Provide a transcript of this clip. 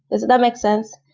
does that make sense?